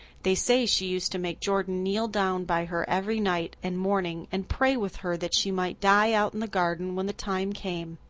they say she used to make jordan kneel down by her every night and morning and pray with her that she might die out in the garden when the time came.